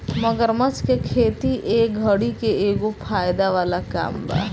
मगरमच्छ के खेती ए घड़ी के एगो फायदा वाला काम बा